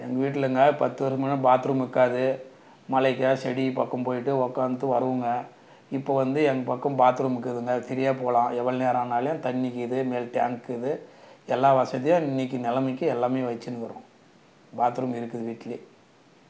எங்கள் வீட்டிலங்க பத்து வருசம் முன்னே பாத்ரூம் இருக்காது மறைவாக செடி பக்கம் போய்விட்டு உக்காந்துட்டு வருவோம்ங்க இப்போது வந்து எங்கள் பக்கம் பாத்ரூம் இருக்குதுங்க ப்ரீயாக போகலாம் எவ்வளோ நேரம் ஆனாலும் தண்ணிருக்குது மேலே டேங்க்குது எல்லாம் வசதியும் இன்னைக்கி நெலைமைக்கி எல்லாம் வச்சுன்னுக்குறோம் பாத்ரூம் இருக்குது வீட்டிலேயே